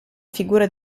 figura